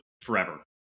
forever